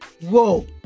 whoa